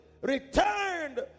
returned